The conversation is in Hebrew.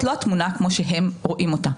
ההתייחסות שלהם לכך שזאת לא התמונה כמו שהם רואים אותה.